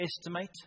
estimate